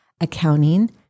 accounting